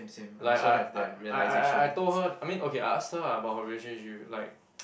like I I I I I I told her I mean okay I asked her ah about her relationship like